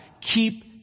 Keep